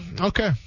Okay